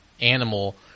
animal